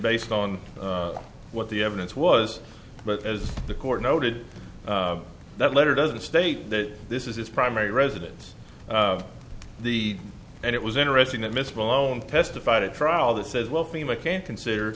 based on what the evidence was but as the court noted that letter doesn't state that this is his primary residence the and it was interesting that miscible own testified at trial that says well fema can't consider